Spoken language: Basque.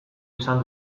izan